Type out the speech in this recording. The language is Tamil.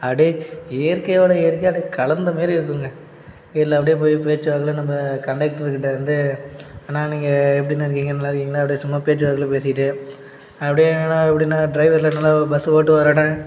அப்படியே இயற்கையோடய இயற்கையாக அப்படியே கலந்த மாதிரி இருக்குதுங்க இதில் அப்படியே போய் பேச்சு வாக்கில் நம்ம கண்டக்டர்கிட்ட வந்து அண்ணா நீங்கள் எப்படிண்ண இருக்கீங்க நல்லா இருக்கீங்களா அப்படியே சும்மா பேச்சு வாக்கில் பேசிக்கிட்டே அப்படியே என்னெண்ணா எப்படிண்ணா டிரைவர்லாம் நல்லா பஸ்ஸு ஓட்டுவாராண்ண